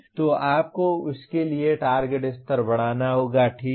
तो आपको उसके लिए टारगेट स्तर बढ़ाना होगा ठीक है